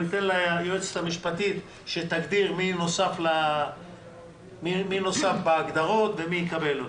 אבל אני אתן ליועצת המשפטית שתגדיר מי נוסף בהגדרות ומי יקבל עוד.